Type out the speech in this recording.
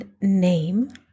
name